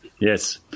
Yes